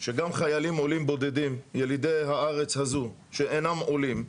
שגם חיילים עולים בודדים ילידי הארץ הזו שאינם עולים,